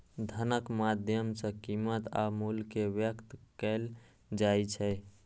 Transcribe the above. धनक माध्यम सं कीमत आ मूल्य कें व्यक्त कैल जाइ छै